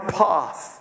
path